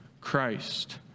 Christ